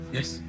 Yes